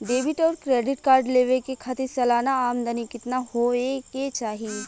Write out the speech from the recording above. Debit और credit card लेवे के खातिर सलाना आमदनी कितना हो ये के चाही?